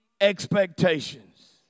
expectations